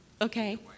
okay